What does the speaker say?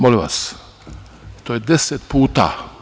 Molim vas, to je deset puta.